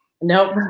Nope